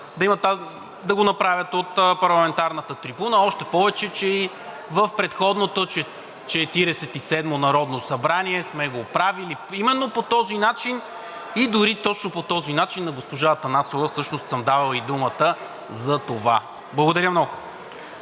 да го направят от парламентарната трибуна. Още повече че и в предходното Четиридесет и седмо народно събрание сме го правили именно по този начин и дори точно по този начин на госпожа Атанасова всъщност съм давал и думата за това. Благодаря много.